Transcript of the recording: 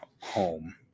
home